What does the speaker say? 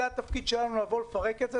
זה התפקיד שלנו, לבוא ולפרק את זה.